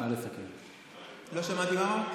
לא שמעתי מה אמרת.